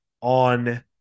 on